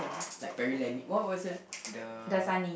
like what was it the